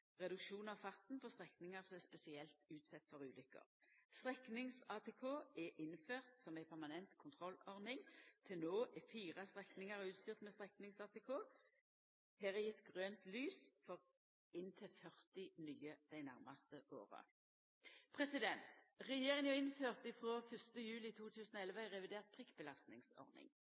reduksjon av farten på strekningar som er spesielt utsette for ulukker. Streknings-ATK er innført som ei permanent kontrollordning. Til no er fire strekningar utstyrte med streknings-ATK. Her er gjeve grønt lys for inntil 40 nye dei nærmaste åra. Regjeringa innførte frå 1. juli 2011 ei revidert prikkbelastningsordning.